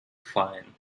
fine